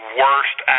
worst